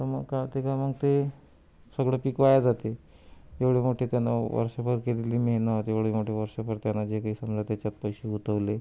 तर मग काय होतं का मग ते सगळं पीक वाया जाते एवढी मोठी त्यानं वर्षभर केलेली मेहनत एवढे मोठे वर्षभर त्यानं जे काही समजा त्याच्यात पैशे गुंतवले